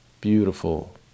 Beautiful